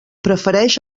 prefereix